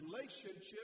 relationship